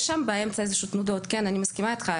יש שם באמצע איזשהן תנודות, אני מסכימה איתך.